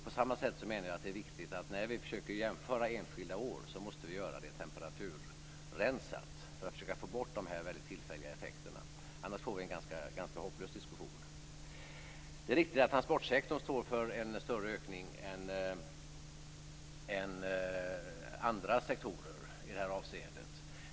På samma sätt menar jag att det är viktigt att vi när vi försöker jämföra enskilda år måste göra det så att säga temperaturrensat, för att försöka få bort dessa mycket tillfälliga effekterna, annars får vi en ganska hopplös diskussion. Det är riktigt att transportsektorn står för en större ökning än andra sektorer i detta avseende.